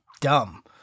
dumb